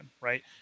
right